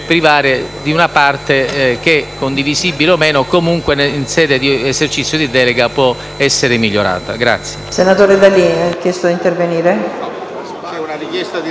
privato di una parte che, condivisibile o meno, comunque in sede di esercizio di delega può essere migliorata.